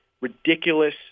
ridiculous